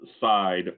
side